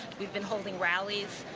we've been holding rallies.